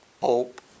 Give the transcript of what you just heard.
Hope